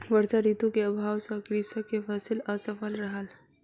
वर्षा ऋतू के अभाव सॅ कृषक के फसिल असफल रहल